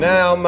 Now